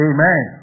Amen